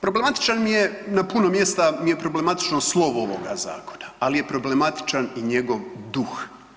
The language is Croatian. Problematičan mi je, na puno mjesto mi je problematično slovo ovoga zakona, ali je problematičan i njegov duh.